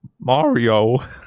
Mario